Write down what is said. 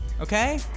Okay